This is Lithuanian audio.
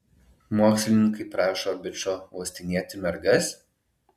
mokslininkai prašo bičo uostinėti mergas